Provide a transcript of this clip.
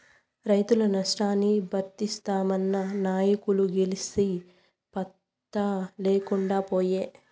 రైతుల నష్టాన్ని బరిస్తామన్న నాయకులు గెలిసి పత్తా లేకుండా పాయే